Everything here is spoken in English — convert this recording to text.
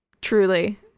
Truly